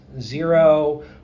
Zero